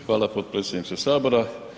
Hvala potpredsjedniče Sabora.